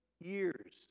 years